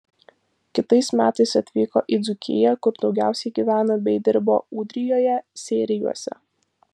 kitais metais atvyko į dzūkiją kur daugiausiai gyveno bei dirbo ūdrijoje seirijuose